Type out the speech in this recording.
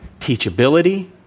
teachability